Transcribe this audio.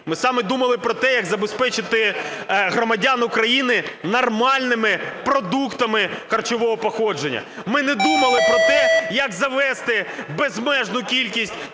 ми саме думали про те, як забезпечити громадян України нормальними продуктами харчового походження. Ми не думали про те, як завести безмежну кількість